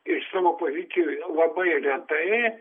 iš savo pozicijų jau labai retai